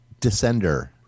descender